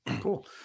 cool